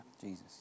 Jesus